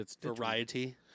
variety